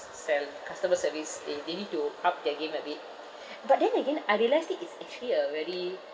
fail customer service they they need to up their game a bit but then again I realised it it's actually a very